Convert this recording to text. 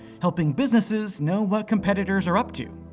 helping businesses know what competitors are up to.